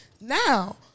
now